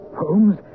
holmes